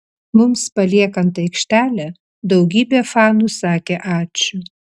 mums paliekant aikštelę daugybė fanų sakė ačiū